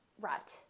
rut